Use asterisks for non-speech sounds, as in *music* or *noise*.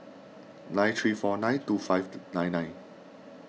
nine three four three two five *noise* nine nine